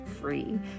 free